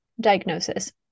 diagnosis